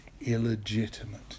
illegitimate